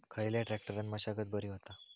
खयल्या ट्रॅक्टरान मशागत बरी होता?